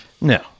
no